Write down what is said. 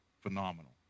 phenomenal